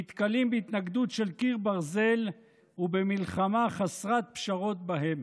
נתקלים בהתנגדות של קיר ברזל ובמלחמה חסרת פשרות בהם.